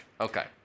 Okay